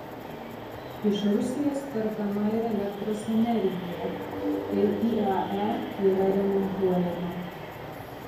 iš rusijos perkama ir elektros energija kai iae yra remontuojama